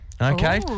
Okay